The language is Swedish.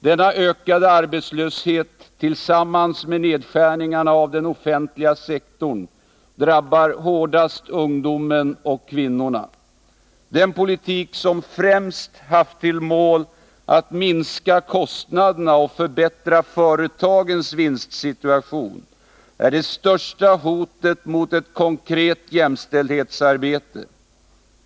Denna ökade arbetslöshet tillsammans med nedskärningarna av den offentliga sektorn drabbar hårdast ungdomen och kvinnorna. Den politik som främst haft till mål att minska kostnaderna och förbättra företagens vinstsituation är det största hotet mot ett konkret jämställdhetsarbete.